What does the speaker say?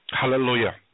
Hallelujah